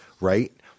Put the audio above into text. right